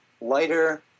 lighter